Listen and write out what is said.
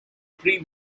pre